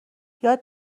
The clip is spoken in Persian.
یاد